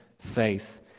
faith